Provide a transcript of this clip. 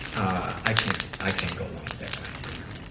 i can't i can't go along with that kind of humor.